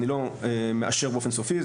אני לא מאשר באופן סופי,